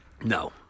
no